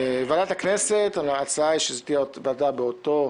ועדת הכנסת ההצעה היא שזאת תהיה ועדה באותו